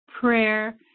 prayer